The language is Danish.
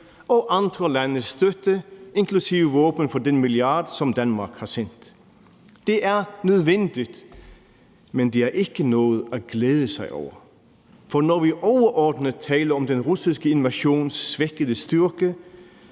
og andre landes støtte, inklusive våben for den milliard, som Danmark har sendt. Det er nødvendigt, men det er ikke noget at glæde sig over. For når vi overordnet taler om den russiske invasions svækkede styrke,